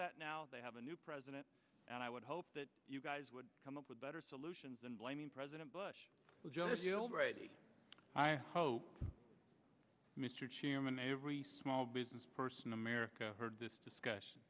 that now they have a new president and i would hope that you guys would come up with better solutions than blaming president bush will just kill brady i hope mr chairman every small business person america heard this discussion